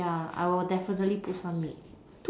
ya I will definitely put some meat